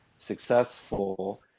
successful